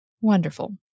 Wonderful